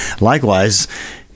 Likewise